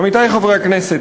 עמיתי חברי הכנסת,